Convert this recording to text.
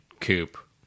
coupe